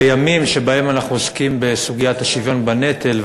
בימים שבהם אנחנו עוסקים בסוגיית השוויון בנטל,